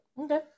okay